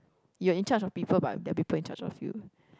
you're in charge of people but their people in charge of you